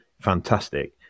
fantastic